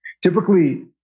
Typically